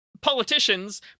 politicians